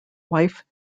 wife